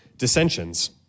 dissensions